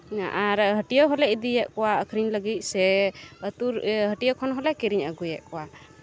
ᱟᱨ ᱦᱟᱹᱴᱤᱭᱟᱹ ᱦᱚᱸᱞᱮ ᱤᱫᱤᱭᱮᱫ ᱠᱚᱣᱟ ᱟᱹᱠᱷᱨᱤᱧ ᱞᱟᱹᱜᱤᱫ ᱥᱮ ᱟᱹᱛᱩ ᱦᱟᱹᱴᱤᱭᱟᱹ ᱠᱷᱚᱱ ᱦᱚᱸᱞᱮ ᱠᱤᱨᱤᱧ ᱟᱹᱜᱩᱭᱮᱫ ᱠᱚᱣᱟ